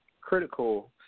critical